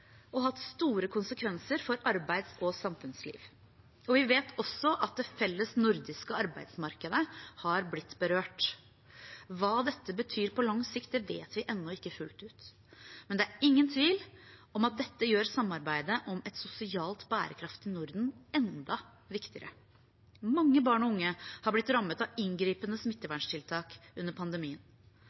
hatt store konsekvenser for arbeids- og samfunnsliv. Vi vet også at det felles nordiske arbeidsmarkedet har blitt berørt. Hva dette betyr på lang sikt, vet vi ennå ikke fullt ut. Men det er ingen tvil om at dette gjør samarbeidet om et sosialt bærekraftig Norden enda viktigere. Mange barn og unge har blitt rammet av inngripende smitteverntiltak under pandemien.